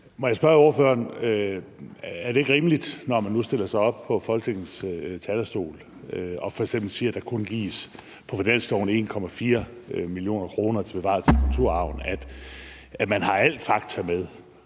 Må jeg spørge ordføreren: Er det ikke rimeligt, når man nu stiller sig op på Folketingets talerstol og f.eks. siger, at der på finansloven kun gives 1,4 mio. kr. til at varetage kulturarven, at man har alle fakta med?